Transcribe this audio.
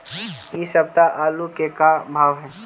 इ सप्ताह आलू के का भाव है?